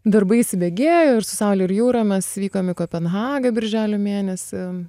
darbai įsibėgėjo ir su saule ir jūra mes vykom į kopenhagą birželio mėnesį